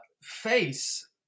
face